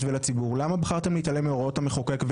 ולציבור למה בחרתם להתעלם מהוראות המחוקק?